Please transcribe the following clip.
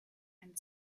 and